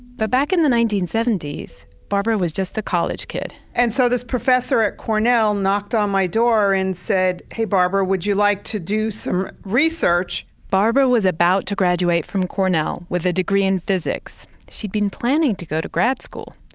but back in the nineteen seventy s, barbara was just a college kid and so this professor at cornell knocked on my door and said, hey barbara, would you like to do some research? barbara was about to graduate from cornell with a degree in physics. she'd been planning to go to grad school,